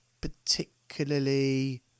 particularly